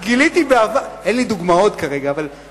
אין לי דוגמאות כרגע, אבל,